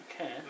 Okay